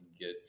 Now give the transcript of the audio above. get